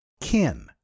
Kin